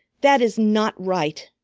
that is not right!